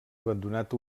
abandonat